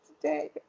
today